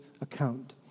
account